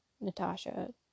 Natasha